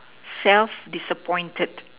self disappointed